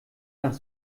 nach